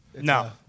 No